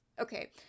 okay